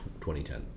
2010